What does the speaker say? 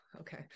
okay